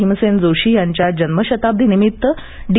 भीमसेन जोशी यांच्या जन्मशताब्दीनिमित्त डी